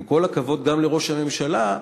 עם כל הכבוד גם לראש הממשלה,